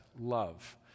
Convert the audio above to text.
love